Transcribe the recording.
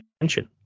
attention